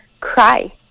cry